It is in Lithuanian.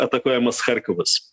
atakuojamas charkovas